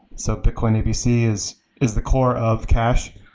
so bitcoin abc is is the core of cash.